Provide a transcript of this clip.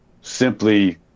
simply –